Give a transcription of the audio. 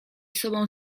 sobą